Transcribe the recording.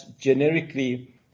generically